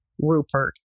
Rupert